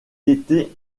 était